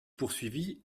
poursuivi